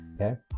okay